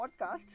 podcast